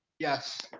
yes.